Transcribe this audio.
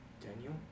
Daniel